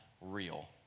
real